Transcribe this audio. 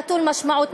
נטול משמעות.